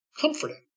comforting